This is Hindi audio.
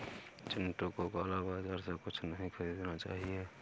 चिंटू को काला बाजार से कुछ नहीं खरीदना चाहिए